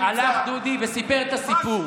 הלך דודי וסיפר את הסיפור,